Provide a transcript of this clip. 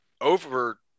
over